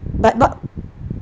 but but